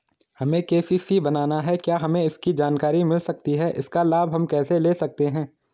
हमें के.सी.सी बनाना है क्या हमें इसकी जानकारी मिल सकती है इसका लाभ हम कैसे ले सकते हैं?